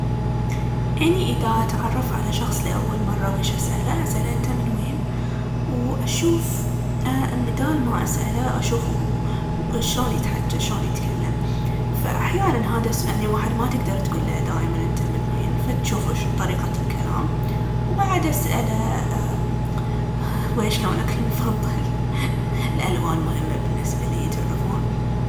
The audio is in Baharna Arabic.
أني اذا أتعرف على شخص لأول مرة ويش أسأله؟ أسأله انته من وين؟ وأشوف امبدال ما أسأله أشوف هو شلون يتحجى شلون يتكلم. فأحياناً هذا ان الواحد ما يقدر تقول ليه اذا انته من وين فتجوف ويش طريقة الكلام. وبعد أسأله ويش لونك المفضل، الألوان مهمة بالنسبة ليي تعرفون؟